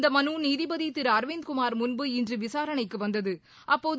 இந்த மனு நீதிபதி திரு அரவிந்த்குமார் முன்பு இன்று விசாரணைக்கு வந்தது